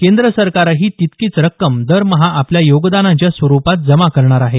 केंद्र सरकारही तितकीच रक्कम दरमहा आपल्या योगदानाच्या स्वरुपात जमा करणार आहे